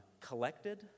collected